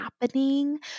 happening